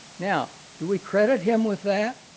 now, do we credit him with that?